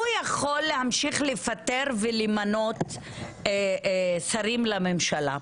הוא יכול להמשיך לפטר ולמנות שרים לממשלה,